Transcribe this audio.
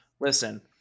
Listen